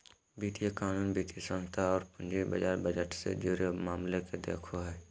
वित्तीय कानून, वित्तीय संस्थान औरो पूंजी बाजार बजट से जुड़े मामले के देखो हइ